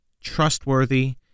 trustworthy